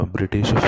British